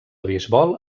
beisbol